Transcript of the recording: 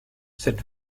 cette